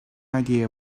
idea